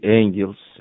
angels